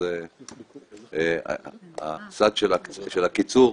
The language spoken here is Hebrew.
הצד של הקיצור,